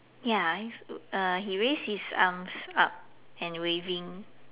ya is uh he raised his arms up and waving